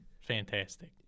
fantastic